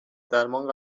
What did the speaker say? درمان